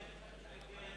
ההצעה